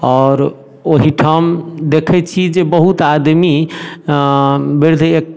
आओर ओहिठाम देखैत छी जे बहुत आदमी वृद्ध